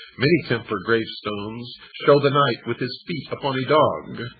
many templar gravestones show the knight with his feet up on a dog.